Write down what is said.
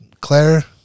Claire